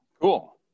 Cool